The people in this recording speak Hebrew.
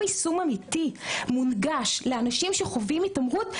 יישום אמיתי ומונגש לאנשים שחווים התעמרות,